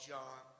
John